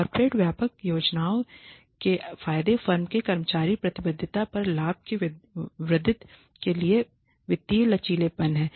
corporate व्यापक योजनाओं के फायदे फर्म के कर्मचारी प्रतिबद्धता कर लाभ में वृद्धि के लिए वित्तीय लचीलेपन हैं